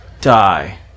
die